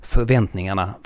Förväntningarna